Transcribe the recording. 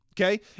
Okay